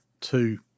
two